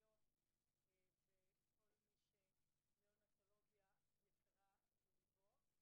אחיות וכל מי שניאונטולוגיה יקרה לליבו.